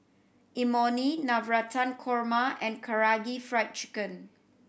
Imoni Navratan Korma and Karaage Fried Chicken